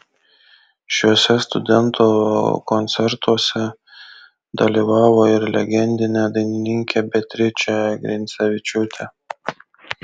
šiuose studentų koncertuose dalyvavo ir legendinė dainininkė beatričė grincevičiūtė